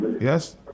yes